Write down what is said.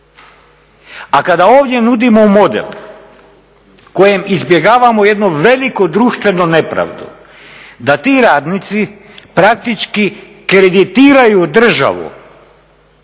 A kada ovdje nudimo model kojim izbjegavamo jednu veliku društvenu nepravdu da ti radnici praktički kreditiraju državu.